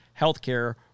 healthcare